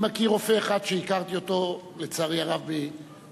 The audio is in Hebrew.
אני מכיר רופא אחד שהכרתי אותו לצערי הרב במצוקה,